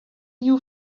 new